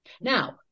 Now